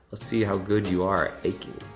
let's see how good you are at baking.